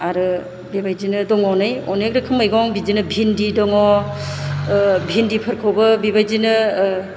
आरो बेबायदिनो दङ नै अनेक रोखोम मैगं बिदिनो भिन्दि दङ भिन्दिफोरखौबो बेबायदिनो